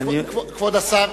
חבר הכנסת,